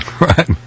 Right